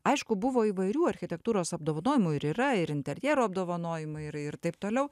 aišku buvo įvairių architektūros apdovanojimų ir yra ir interjero apdovanojimai ir ir taip toliau